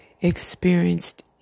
experienced